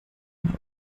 habe